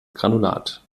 granulat